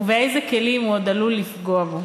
ובאיזה כלים הוא עוד עלול לפגוע בו".